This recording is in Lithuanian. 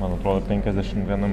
man atrodo penkiasdešimt viena